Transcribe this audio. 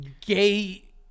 gay